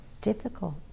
difficult